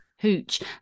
Hooch